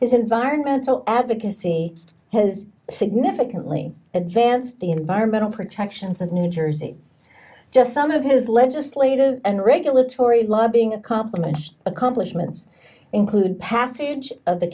is environmental advocacy has significantly advanced the environmental protections of new jersey just some of his legislative and regulatory lobbying a complement accomplishments include passage of the